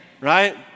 right